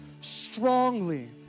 strongly